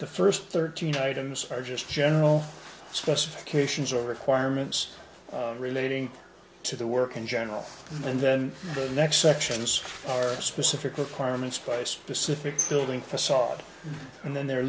the first thirteen items are just general specifications or requirements relating to the work in general and then the next sections are specific requirements by specific building facade and then they're